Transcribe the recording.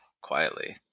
quietly